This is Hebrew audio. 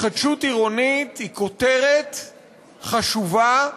התחדשות עירונית היא כותרת חשובה,